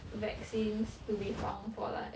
vaccines to be found for like